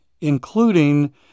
including